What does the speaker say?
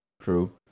True